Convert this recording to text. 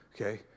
okay